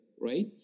right